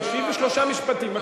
ישיב בשלושה משפטים.